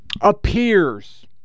Appears